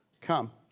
come